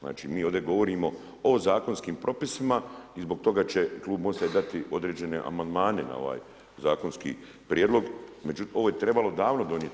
Znači mi ovdje govorimo o zakonskim propisima i zbog toga će klub MOST-a dati određene amandmane na ovaj zakonski prijedlog međutim ovo je trebalo davno donijeti.